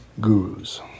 Gurus